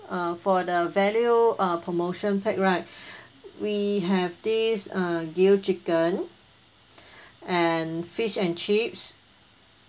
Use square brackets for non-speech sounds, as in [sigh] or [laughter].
uh for the value uh promotion pack right [breath] we have this uh grill chicken [breath] and fish and chips